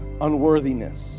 unworthiness